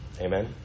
Amen